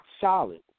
solid